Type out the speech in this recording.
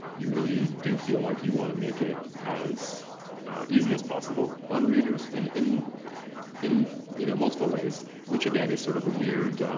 you really do feel like you wanna make it as easy as possible on readers in in you know multiple ways. which again is sort of a weird